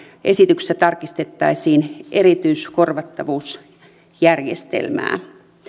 esityksessä tarkistettaisiin erityiskorvattavuusjärjestelmää